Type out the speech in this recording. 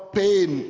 pain